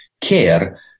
care